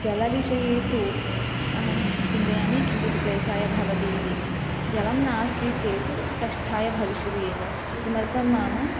जलविषये तु अहं चिन्तयामि किञ्चित् क्लेशाय भवति इति जलं नास्ति चेत् कष्टाय भविष्यति एव किमर्थं नाम